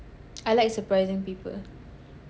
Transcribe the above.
I like surprising people